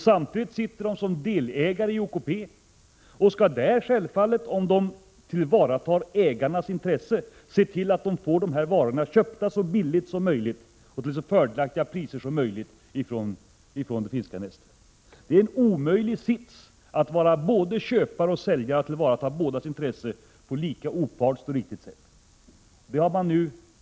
Samtidigt skall Neste som delägare i OKP tillvarata ägarnas intresse av att varorna blir inköpta till så fördelaktiga priser som möjligt från det finska Neste. Det är en omöjlig situation. Det går inte att vara både köpare och säljare och tillvarata bådas intresse på ett opartiskt och riktigt sätt.